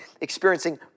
experiencing